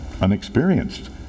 unexperienced